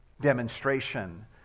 demonstration